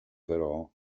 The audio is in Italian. però